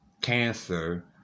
cancer